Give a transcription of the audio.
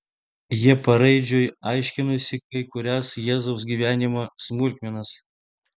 jie paraidžiui aiškinosi kai kurias jėzaus gyvenimo smulkmenas